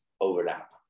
overlap